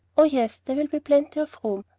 oh, yes there will be plenty of room.